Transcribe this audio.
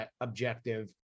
objective